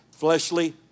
Fleshly